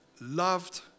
loved